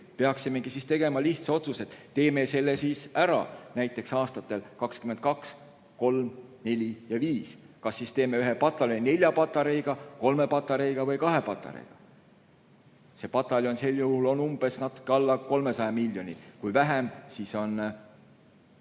peaksime tegema lihtsa otsuse, et teeme selle ära näiteks aastatel 2022, 2023, 2024 ja 2025. Kas siis teeme ühe pataljoni nelja patareiga, kolme patareiga või kahe patareiga. Pataljon sel juhul on natuke alla 300 miljoni, kui vähem, siis on